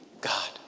God